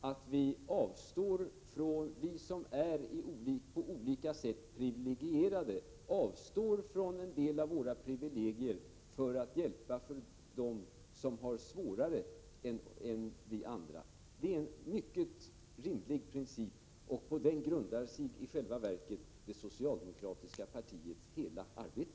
Herr talman! Självfallet är det rimligt att vi som på olika sätt är privilegierade avstår från en del av våra privilegier för att hjälpa dem som har det svårare än vi andra. Det är en mycket rimlig princip, och på den principen grundar sig i själva verket det socialdemokratiska partiets hela arbete.